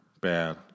Bad